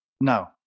No